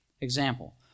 Example